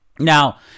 Now